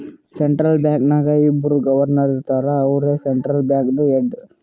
central bank ನಾಗ್ ಒಬ್ಬುರ್ governor ಇರ್ತಾರ ಅವ್ರೇ ಸೆಂಟ್ರಲ್ ಬ್ಯಾಂಕ್ದು ಹೆಡ್